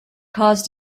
caused